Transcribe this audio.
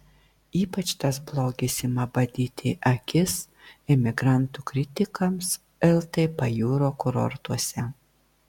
ypač tas blogis ima badyti akis emigrantų kritikams lt pajūrio kurortuose